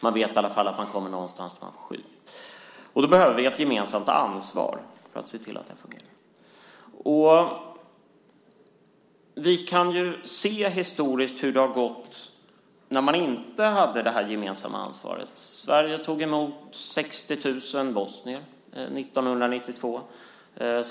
Man vet att man åtminstone kommer någonstans där man får skydd. Därför behöver vi ett gemensamt ansvar för att se till att det hela fungerar. Vi kan se hur det gått historiskt när vi inte hade det gemensamma ansvaret. Sverige tog 1992 emot 60 000 bosnier.